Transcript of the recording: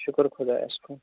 شُکُر خۄدایَس کُن